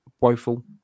woeful